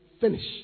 finish